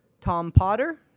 tom potter,